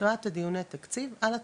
לקראת דיוני התקציב, על התקציב,